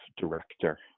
director